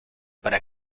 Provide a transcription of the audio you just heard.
para